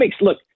Look